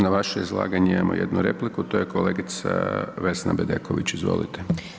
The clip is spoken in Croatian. Na vaše izlaganje imamo jednu repliku, to je kolegica Vesna Bedeković, izvolite.